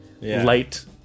light